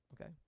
okay